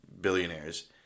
billionaires